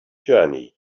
journey